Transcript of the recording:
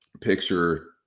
picture